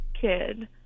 kid